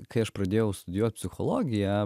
kai aš pradėjau studijuot psichologiją